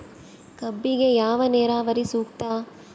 ಕಬ್ಬಿಗೆ ಯಾವ ನೇರಾವರಿ ಸೂಕ್ತ?